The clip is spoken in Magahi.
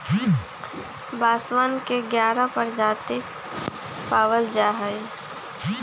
बांसवन के ग्यारह बाहरी प्रजाति पावल जाहई